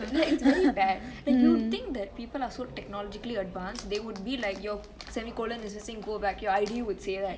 இல்ல:ille it's very bad like you think people are so technologically advanced they would be like your semicolon is missing go back here I already would say that